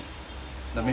oh